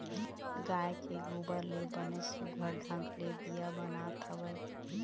गाय के गोबर ले बनेच सुग्घर ढंग ले दीया बनात हवय